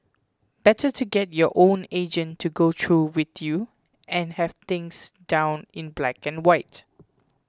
better to get your own agent to go through with you and have things down in black and white